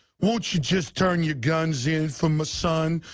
won't you just turn your guns in for my son?